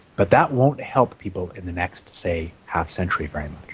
but that won't help people in the next, say, half-century very much.